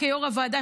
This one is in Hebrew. כיו"ר הישיבה,